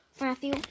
Matthew